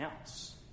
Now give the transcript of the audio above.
else